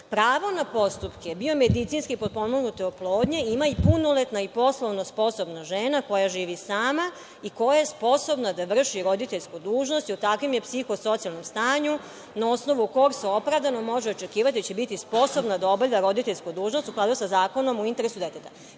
pravo na postupke biomedicinski potpomognute oplodnje ima i punoletna i poslovno sposobna žena koja živi sama i koja je sposobna da vrši roditeljsku dužnosti i u takvom je psihosocijalnom stanju na osnovu kog se opravdano može očekivati da će biti sposobna da obavlja roditeljsku dužnost u skladu sa zakonom u interesu deteta.“Prvo,